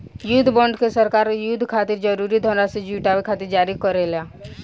युद्ध बॉन्ड के सरकार युद्ध खातिर जरूरी धनराशि जुटावे खातिर जारी करेला